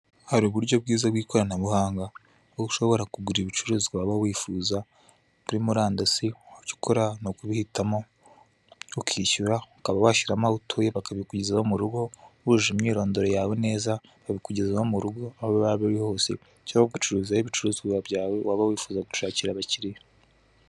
Hari uburyo bwiza bw'ikoranabuhanga, aho ushobora kugura ibicuruzwa waba wifuza kuri murandasi, icyo ukora ni ukubihitamo, ukishyura, ukaba washyiramo aho utuye, bakabikugezaho mu rugo, wujuje imyirondoro yawe neza, babikugezaho mu rugo aho waba uri hose cyangwa ugacururizaho ibicuruzwa byawe waba wifuza gushakira abakiriya.